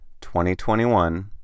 2021